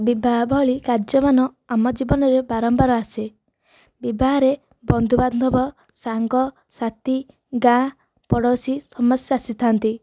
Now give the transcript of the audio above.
ବିବାହ ଭଳି କାର୍ଯ୍ୟମାନ ଆମ ଜୀବନରେ ବାରମ୍ବାର ଆସେ ବିବାହରେ ବନ୍ଧୁବାନ୍ଧବ ସାଙ୍ଗ ସାଥି ଗାଁ ପଡ଼ୋଶୀ ସମସ୍ତେ ଆସିଥାଆନ୍ତି